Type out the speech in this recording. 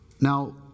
Now